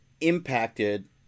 impacted